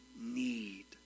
need